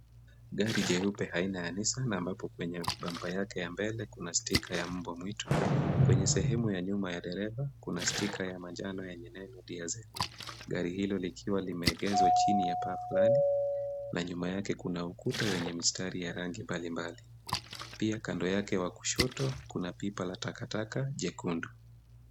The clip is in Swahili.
Gari jeupe aina ya Nissan ambapo kwenye bumber yake ya mbele kuna sticker ya mbwa-mwitu, kwenye sehemu ya dereva, kuna sticker ya manjano yenye jina DRZ. Gari hilo likiwa limeegezwa chini ya paa fulani na nyuma yake kuna ukuta wenye mistari ya rangi mbalimbali. Pia kando yake wa kushoto, kuna pipa la takataka jekundu.